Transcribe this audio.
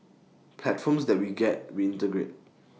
platforms that we get we integrate